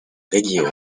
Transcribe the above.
reggae